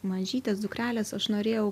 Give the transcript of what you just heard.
mažytės dukrelės aš norėjau